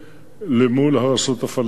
למול הצד הפלסטיני.